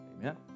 Amen